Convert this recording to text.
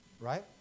right